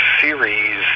series